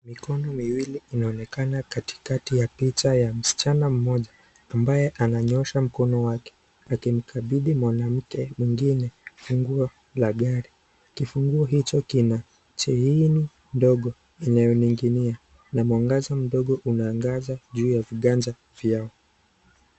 Mikono miwili inaonekana katikati ya picha ya msichana moja ambaye ananyoosha mkono wake akimkabidhi mwanamke mwengine funguo la gari, kifunguo hicho kina chain ndogo lenye inaning'inia na Kuna mwangaza kidogo inaangaza kwa viganja vyao.